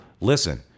listen